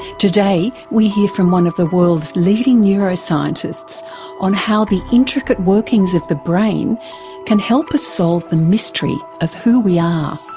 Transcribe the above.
today we hear from one of the world's leading neuroscientists on how the intricate workings of the brain can help us solve the mystery of who we are.